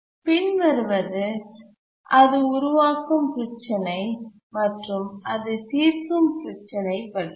பின்வருவது அது உருவாக்கும் பிரச்சினை மற்றும் அது தீர்க்கும் பிரச்சினை பற்றியது